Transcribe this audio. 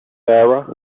sarah